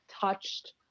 touched